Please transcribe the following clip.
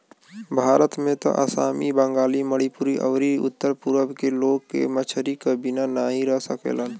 भारत में त आसामी, बंगाली, मणिपुरी अउरी उत्तर पूरब के लोग के मछरी क बिना नाही रह सकेलन